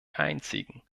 einzigen